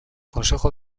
consejo